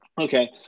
Okay